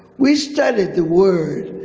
we studied the word.